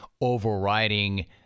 overriding